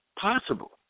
possible